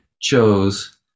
chose